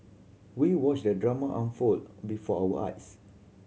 we watched the drama unfold before our eyes